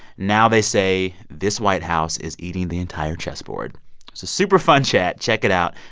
now, they say, this white house is eating the entire chessboard so super fun chat. check it out.